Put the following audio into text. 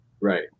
Right